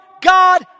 God